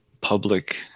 public